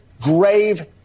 grave